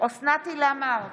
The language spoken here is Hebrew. אוסנת הילה מארק,